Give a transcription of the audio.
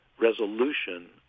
resolution